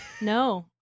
No